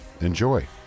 Enjoy